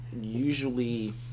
usually